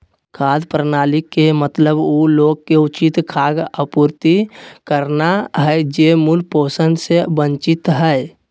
खाद्य प्रणाली के मतलब उ लोग के उचित खाद्य आपूर्ति करना हइ जे मूल पोषण से वंचित हइ